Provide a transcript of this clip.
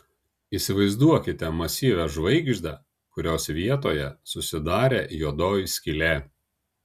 įsivaizduokite masyvią žvaigždę kurios vietoje susidarė juodoji skylė